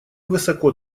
высоко